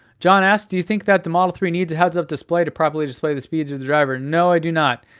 john asks, do you think that the model three needs a heads up display to properly display the speed to the driver. no i do not.